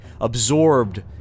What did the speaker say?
absorbed